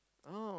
oh